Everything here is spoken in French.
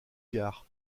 gard